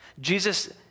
Jesus